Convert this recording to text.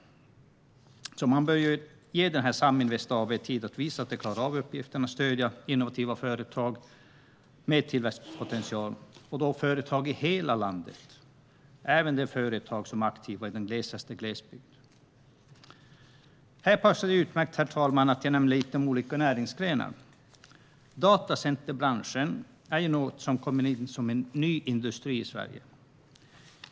Här bör man ge Saminvest AB tid att visa att man klarar av uppgiften att stödja innovativa företag med tillväxtpotential, och då menar jag företag i hela landet, även de företag som är aktiva i den glesaste glesbygd. Herr talman! Här passar det att jag nämner lite om olika näringsgrenar. Datacenterbranschen är något som har kommit in som en ny industri i Sverige.